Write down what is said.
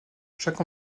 chaque